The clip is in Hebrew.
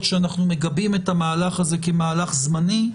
שאנחנו מגבים את המהלך הזה כמהלך זמני,